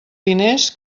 diners